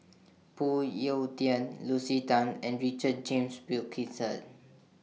Phoon Yew Tien Lucy Tan and Richard James Wilkinson